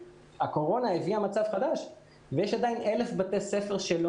הקורונה הביאה מצב חדש ויש עדיין 1,000 בתי ספר שלא